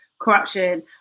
corruption